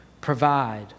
provide